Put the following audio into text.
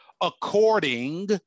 according